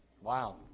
Wow